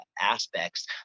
aspects